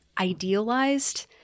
idealized